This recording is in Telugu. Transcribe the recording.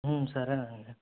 సరే అండి